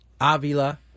Avila